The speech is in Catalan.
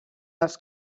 dels